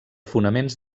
fonaments